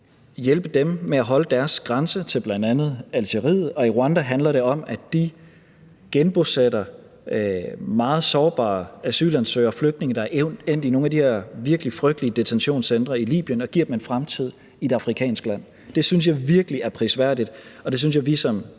hjælpe dem med at holde deres grænse til bl.a. Algeriet, og i Rwanda handler det om, at de genbosætter meget sårbare asylansøgere og flygtninge, der er endt i nogle af de her virkelig frygtelige detentionscentre i Libyen, og giver dem en fremtid i et afrikansk land. Det synes jeg virkelig er prisværdigt, og det synes jeg vi som